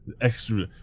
Extra